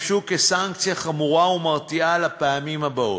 סנקציה חמורה ומרתיעה לפעמים הבאות.